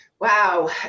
Wow